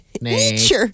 nature